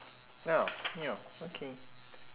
oh ya okay